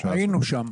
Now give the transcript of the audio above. היינו שם.